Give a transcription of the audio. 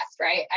right